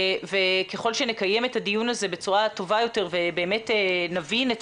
ככל שנקיים את הדיון הזה בצורה טובה יותר ובאמת נבין את